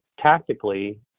tactically